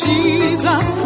Jesus